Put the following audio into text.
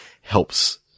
helps